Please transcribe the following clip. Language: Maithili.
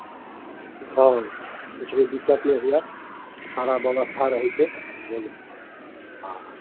हँ किछु भी दिक्कत नहि हुए सारा व्यवस्था रहै छै बुझलियै हँ